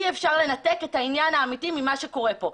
אי אפשר לנתק את העניין האמתי ממה שקורה פה.